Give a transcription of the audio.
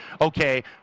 okay